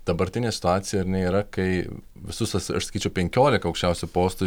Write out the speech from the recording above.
dabartinė situacija ar ne yra kai visus as aš sakyčiau penkiolika aukščiausių postų